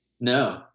No